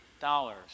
dollars